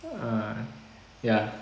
ah ya